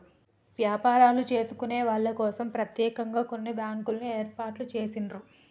వ్యాపారాలు చేసుకునే వాళ్ళ కోసం ప్రత్యేకంగా కొన్ని బ్యాంకుల్ని ఏర్పాటు చేసిండ్రు